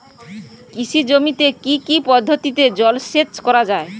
কৃষি জমিতে কি কি পদ্ধতিতে জলসেচ করা য়ায়?